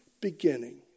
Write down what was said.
beginning